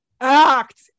act